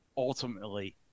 Ultimately